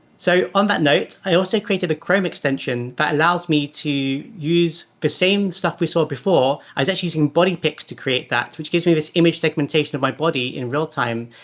so on that note, i also created a chrome extension that allows me to use the same stuff we saw before i was actually using body pics to create that, which gives me this image segmentation of my body in real time.